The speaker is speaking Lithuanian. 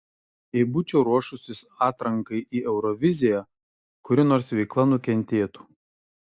jei būčiau ruošusis atrankai į euroviziją kuri nors veikla nukentėtų